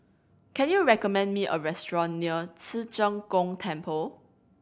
can you recommend me a restaurant near Ci Zheng Gong Temple